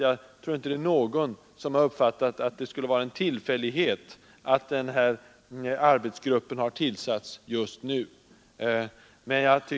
Jag tror inte det är någon som har —— —n ÄÅ mn uppfattat det som en tillfällighet att denna arbetsgrupp har tillsatts just Ökad användning nu.